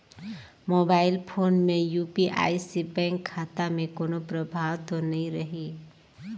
Mobile phone मे UPI से bank खाता मे कोनो प्रभाव तो नइ रही?